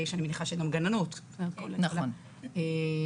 אני מניחה שגם גננות או גננים.